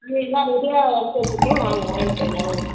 ஆ எல்லாம் ரெடியாக எடுத்து வச்சுருக்கேன் வாங்க வாங்கிட்டு போய்விடலாம் வாங்க